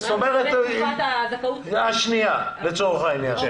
זו תקופת הזכאות --- השנייה, לצורך העניין.